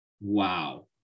wow